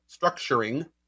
structuring